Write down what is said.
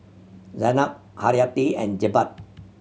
Zaynab Haryati and Jebat